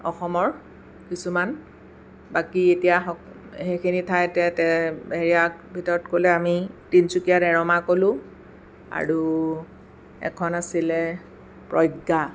অসমৰ কিছুমান বাকী এতিয়া সেইখিনি ঠাইতে তে সেৰিয়াত ভিতৰত গ'লে আমি তিনিচুকীয়াত এৰ'মা ক'লোঁ আৰু এখন আছিলে প্ৰজ্ঞা